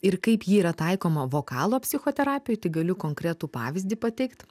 ir kaip ji yra taikoma vokalo psichoterapijoj tai galiu konkretų pavyzdį pateikt